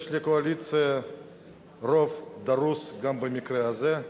יש לקואליציה הרוב הדרוש גם במקרה הזה.